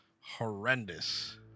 horrendous